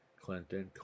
Clinton